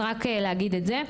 אז רק להגיד את זה.